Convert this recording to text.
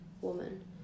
woman